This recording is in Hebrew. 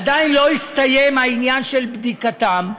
עדיין לא הסתיים עניין בדיקתן.